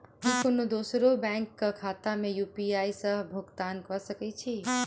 की कोनो दोसरो बैंक कऽ खाता मे यु.पी.आई सऽ भुगतान कऽ सकय छी?